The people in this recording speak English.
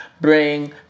bring